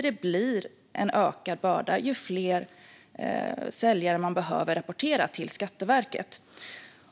Det blir en ökad börda ju fler säljare man behöver rapportera till Skatteverket.